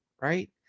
Right